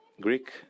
Greek